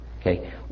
Okay